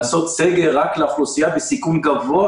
לעשות סגר רק לאוכלוסייה בסיכון גבוה